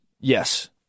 Yes